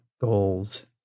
goals